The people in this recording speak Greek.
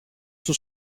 στο